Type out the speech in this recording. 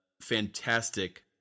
fantastic